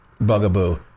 bugaboo